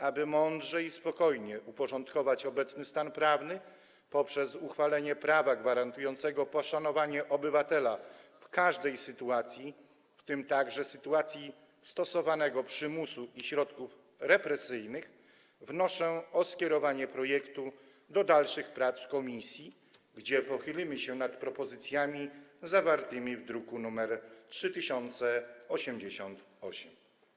Aby mądrze i spokojnie uporządkować obecny stan prawny poprzez uchwalenie prawa gwarantującego poszanowanie obywatela w każdej sytuacji, w tym także sytuacji stosowania przymusu i środków represyjnych, wnoszę o skierowanie projektu do dalszych prac w komisji, gdzie pochylimy się nad propozycjami zawartymi w druku nr 3088.